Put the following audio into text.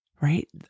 right